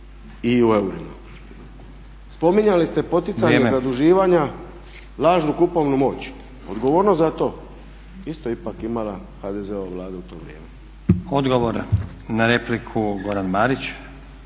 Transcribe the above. i u eurima. Spominjali ste poticanje zaduživanja, lažnu kupovnu moć. Odgovornost za to isto je ipak imala HDZ-ova Vlada u to vrijeme. **Stazić, Nenad (SDP)** Odgovor na repliku, Goran Marić.